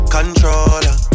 Controller